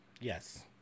Yes